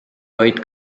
vaid